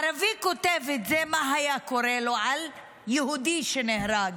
ערבי כותב את זה על יהודי שנהרג,